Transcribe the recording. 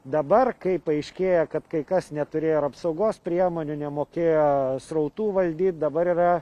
dabar kai paaiškėja kad kai kas neturėjo ar apsaugos priemonių nemokėjo srautų valdyt dabar yra